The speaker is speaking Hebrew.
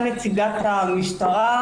ונציגת המשטרה.